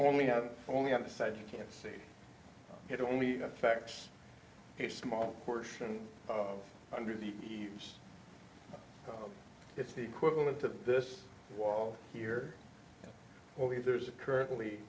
down only on the side you can see it only affects a small portion of under the eaves it's the equivalent of this wall here there's a currently